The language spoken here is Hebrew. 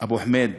אבו חמיד,